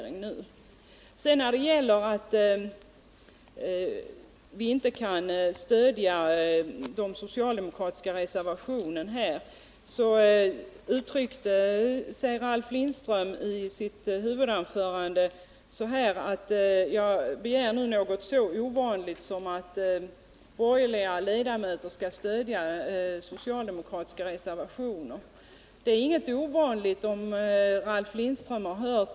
När det gäller frågan om stöd för de socialdemokratiska reservationerna i den här frågan uttryckte sig Ralf Lindström i sitt huvudanförande ungefär så här: Jag begär nu något så ovanligt som att borgerliga ledamöter skall stödja socialdemokratiska reservationer. 147 Men detta är ingenting ovanligt.